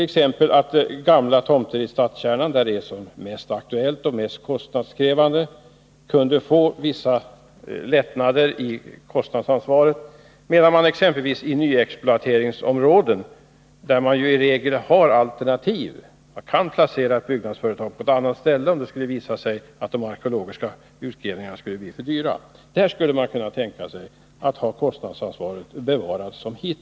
Beträffande gamla tomter i stadskärnorna, som ju är de mest aktuella och kostnadskrävande tomterna, kunde det beredas vissa lättnader när det gäller kostnadsanvaret, medan man i exempelvis nyexploateringsområden, där man ju i regel har alternativ och kan placera ett byggnadsföretag på annat ställe, om det skulle visa sig att de arkeologiska utgrävningarna blir för dyra, skulle kunna tänka sig att kostnadsansvaret är detsamma som nu.